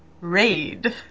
Raid